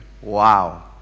Wow